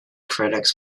critics